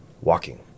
walking